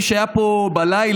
מי שהיה פה בלילה,